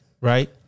Right